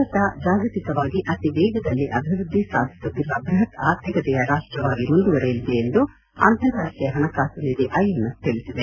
ಭಾರತ ಜಾಗತಿಕವಾಗಿ ಅತಿವೇಗದಲ್ಲಿ ಅಭಿವೃದ್ದಿ ಸಾಧಿಸುತ್ತಿರುವ ಬೃಹತ್ ಆರ್ಥಿಕತೆಯ ರಾಷ್ಟವಾಗಿ ಮುಂದುವರೆಯಲಿದೆ ಎಂದು ಅಂತಾರಾಷ್ಷೀಯ ಹಣಕಾಸು ನಿಧಿ ಐಎಂಎಫ್ ತಿಳಿಸಿದೆ